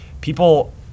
people